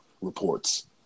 reports